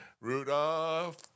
Rudolph